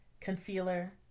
Concealer